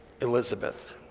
Elizabeth